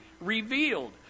revealed